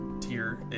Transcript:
tier